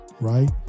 right